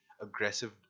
aggressive